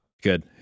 Good